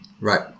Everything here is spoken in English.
Right